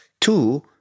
Two